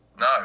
No